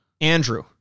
Andrew